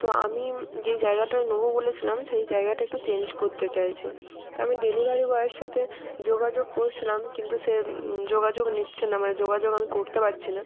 তো আমিম যেই জায়গাটায় নোবো বলেছিলাম সেই জায়গাটা একটু চেঞ্জ করতে চাইছি তো আমি ডেলিভারি বয়ের সাথে যোগাযোগ করছিলাম কিন্তু সে যোগাযোগ নিচ্ছে না মানে যোগাযোগ আমি করতে পারছি না